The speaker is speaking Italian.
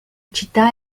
città